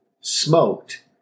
smoked